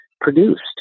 produced